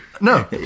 no